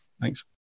Thanks